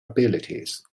abilities